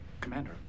Commander